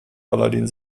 aladin